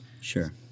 Sure